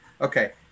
Okay